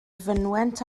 fynwent